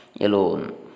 alone